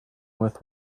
with